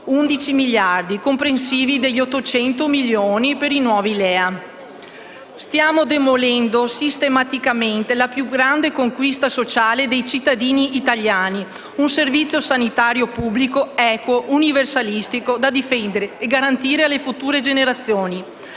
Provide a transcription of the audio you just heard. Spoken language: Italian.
111 miliardi, comprensivi di 800 milioni di euro per i nuovi LEA. Stiamo demolendo sistematicamente la più grande conquista sociale dei cittadini italiani: un servizio sanitario pubblico, equo e universalistico, da difendere e garantire alle future generazioni.